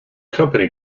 company